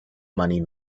money